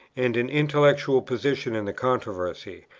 and an intellectual position in the controversy,